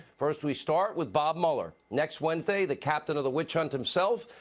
first, we start with bob mueller. next wednesday, the captain of the witch hunt himself,